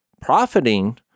profiting